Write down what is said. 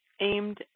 aimed